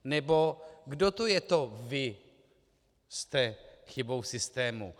Nebo kdo to je to: vy jste chybou v systému?